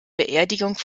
beerdigung